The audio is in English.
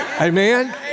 Amen